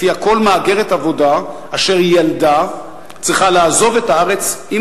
שלפיה כל מהגרת עבודה אשר ילדה צריכה לעזוב את הארץ עם